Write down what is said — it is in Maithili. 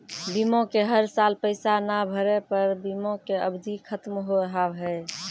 बीमा के हर साल पैसा ना भरे पर बीमा के अवधि खत्म हो हाव हाय?